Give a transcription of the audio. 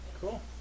Cool